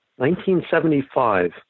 1975